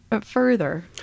further